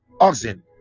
oxen